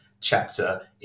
chapter